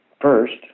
first